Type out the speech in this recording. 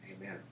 amen